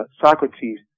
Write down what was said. Socrates